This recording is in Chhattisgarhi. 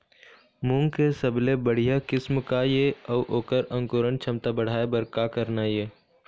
मूंग के सबले बढ़िया किस्म का ये अऊ ओकर अंकुरण क्षमता बढ़ाये बर का करना ये?